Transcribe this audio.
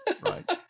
Right